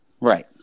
Right